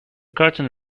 curtain